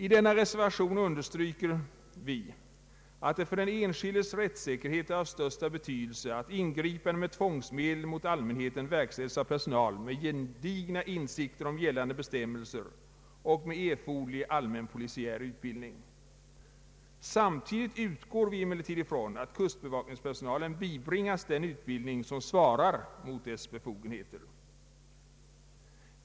I denna reservation understryker vi att det för den enskildes rättssäkerhet är av största betydelse att ingripanden med tvångsmedel mot allmänheten verkställs av personal med gedigna insikter om gällande bestämmelser och med erforderlig allmän polisiär utbildning. Samtidigt utgår vi emellertid från att kustbevakningspersonalen bibringas den utbildning som svarar mot dess befogenheter.